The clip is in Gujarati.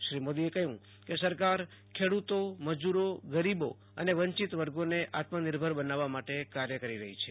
શ્રી મોદીએ કહ્યું કે સરકાર ખેડૂતો મજૂરો ગરીબો અને વંચિત વર્ગોને આત્મેનિર્ભેર બનોવવા માટે કાર્ય કરી રહી છે